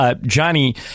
Johnny